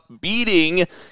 beating